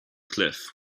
cliff